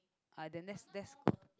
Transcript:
uh then that's that's